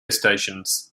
stations